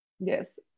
Yes